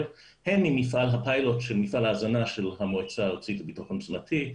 הן ממפעל הפיילוט של מפעל ההזנה של המועצה הארצית לביטחון תזונתי,